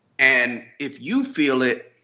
and if you feel it,